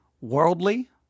worldly